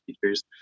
features